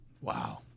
Wow